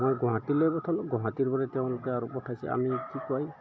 মই গুৱাহাটীলৈ পঠালোঁ গুৱাহাটীৰপৰা তেওঁলোকে আৰু পঠাইছে আমি কি কয়